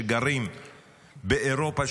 שגרים באירופה,